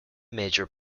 major